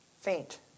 faint